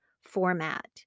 format